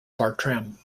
bartram